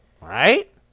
right